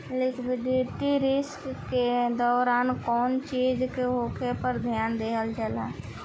liquidity risk के दौरान कौनो चीज के होखे पर ध्यान दिहल जाला